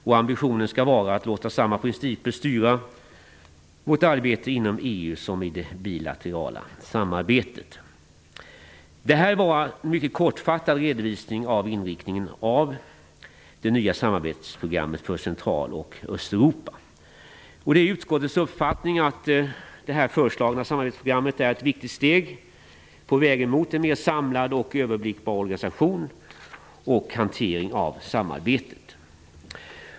Och ambitionen skall vara att låta samma principer styra vårt arbete inom EU som i det bilaterala samarbetet. Detta var en mycket kortfattad redovisning av inriktningen av det nya samarbetsprogrammet för Central och Östeuropa. Det är utskottets uppfattning att det föreslagna samarbetsprogrammet är ett viktigt steg på vägen mot en mer samlad och överblickbar organisation och hantering av samarbetet.